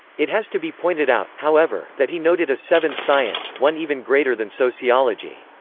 it has to be pointed out, however, that he noted a seventh science, one even greater than sociology.